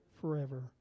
forever